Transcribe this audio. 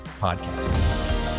podcast